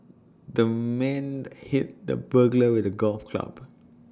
the man hit the burglar with A golf club